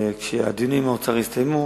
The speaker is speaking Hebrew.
כשהדיונים עם האוצר יסתיימו